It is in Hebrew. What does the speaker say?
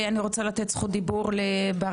אני רוצה לתת זכות דיבור לברהנה,